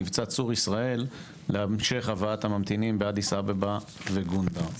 מבצע "צור ישראל" להמשך הבאת הממתינים באדיס אבבה וגונדר.